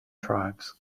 tribes